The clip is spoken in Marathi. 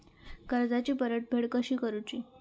कर्जाची परतफेड कशी करूची?